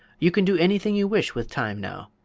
you can do anything you wish with time now.